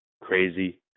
crazy